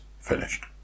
Finished